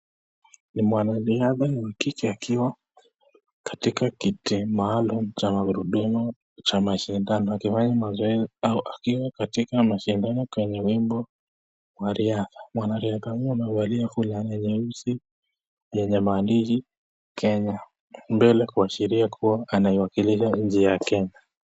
Ni mwanariadha wa kike akiwa katika kiti maalum cha magurudumu cha mashindano akifanya mazoezi au akiwa katika mashindano kwenye wimbo wa riadha. Mwanariadha huyo amevalia fulana nyeusi yenye maandishi Kenya mbele kuashiria anaiwakilisha nchi ya Kenya.